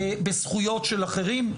בזכויות של אחרים.